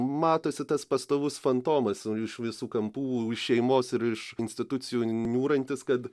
matosi tas pastovus fantomas iš visų kampų iš šeimos ir iš institucijų niūrantis kad